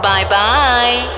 Bye-bye